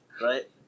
Right